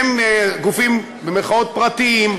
הם גופים "פרטיים".